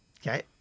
Okay